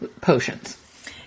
potions